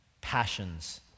Passions